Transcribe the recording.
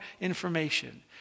information